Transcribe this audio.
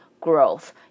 growth